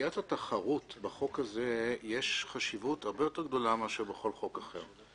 לסוגיית התחרות בחוק הזה יש חשיבות הרבה יותר גדולה מאשר בכל חוק אחר.